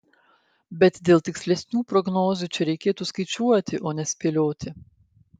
bet dėl tikslesnių prognozių čia reikėtų skaičiuoti o ne spėlioti